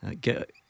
Get